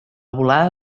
volada